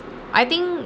I think